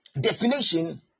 definition